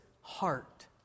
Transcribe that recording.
heart